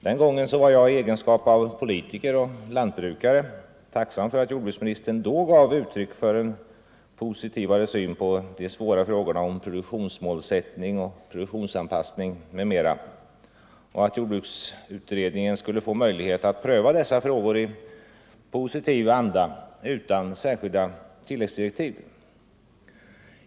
Den gången var Fredagen den jag i egenskap av politiker och lantbrukare tacksam för att jordbruks 6 december 1974 ministern då gav uttryck för en positivare syn på de svåra frågorna om — produktionsmålsättning, produktionsanpassning etc. och att jordbruks = Ang. jordbrukspoliutredningen skulle få möjlighet att pröva dessa frågor i positiv anda utan = tiken särskilda tilläggsdirektiv.